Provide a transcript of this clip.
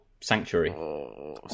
sanctuary